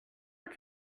doit